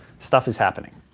stuff is happening.